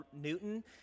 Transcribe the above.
Newton